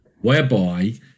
whereby